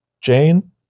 Jane